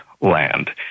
land